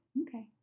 okay